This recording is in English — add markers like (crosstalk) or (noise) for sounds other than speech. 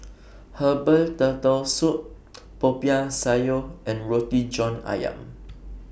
(noise) Herbal Turtle Soup Popiah Sayur and Roti John Ayam